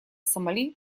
сомали